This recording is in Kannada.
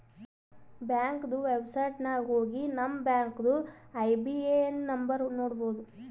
ಬ್ಯಾಂಕ್ದು ವೆಬ್ಸೈಟ್ ನಾಗ್ ಹೋಗಿ ನಮ್ ಬ್ಯಾಂಕ್ದು ಐ.ಬಿ.ಎ.ಎನ್ ನಂಬರ್ ನೋಡ್ಬೋದ್